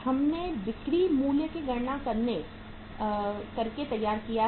हमने बिक्री मूल्य की गणना करके तैयार किया है